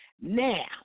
Now